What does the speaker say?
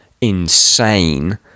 insane